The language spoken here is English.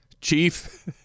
chief